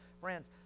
friends